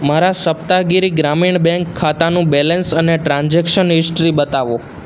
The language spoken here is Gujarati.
મારા સપ્તાગીરી ગ્રામીણ બેંક ખાતાનું બેલેન્સ અને ટ્રાન્ઝેક્શન હિસ્ટ્રી બતાવો